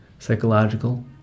psychological